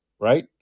right